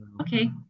okay